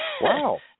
Wow